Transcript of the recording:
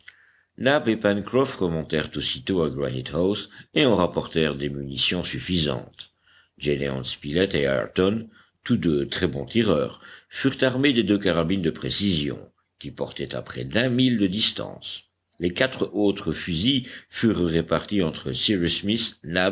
et pencroff remontèrent aussitôt à granite house et en rapportèrent des munitions suffisantes gédéon spilett et ayrton tous deux très bons tireurs furent armés des deux carabines de précision qui portaient à près d'un mille de distance les quatre autres fusils furent répartis entre